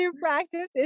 practice